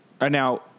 Now